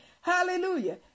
Hallelujah